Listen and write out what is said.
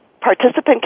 participant